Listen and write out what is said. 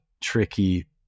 tricky